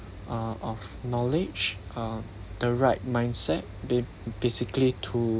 uh of knowledge uh the right mindset ba~ basically to